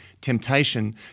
temptation